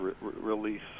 release